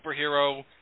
superhero